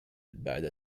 بعد